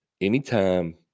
Anytime